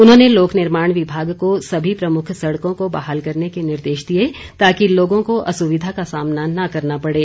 उन्होंने लोक निर्माण विभाग को सभी प्रमुख सड़कों को बहाल करने के निर्देश दिए ताकि लोगों को असुविधा का सामना न करना पड़े